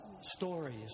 stories